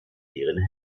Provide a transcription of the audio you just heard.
leeren